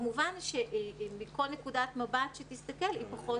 כמובן שמכל נקודת מבט שתסתכל היא פחות